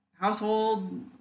household